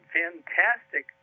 fantastic